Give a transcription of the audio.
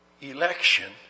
Election